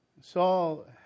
Saul